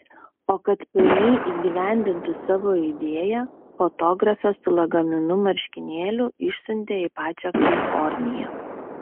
o kad pilnai įgyvendintų savo idėją fotografę su lagaminu marškinėlių išsiuntė į pačią kaliforniją